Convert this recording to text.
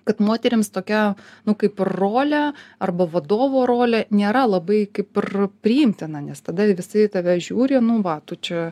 kad moterims tokia nu kaip rolė arba vadovo rolė nėra labai kaip ir priimtina nes tada visi į tave žiūri nu va tu čia